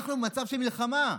אנחנו במצב של מלחמה.